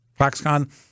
Foxconn